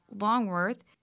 Longworth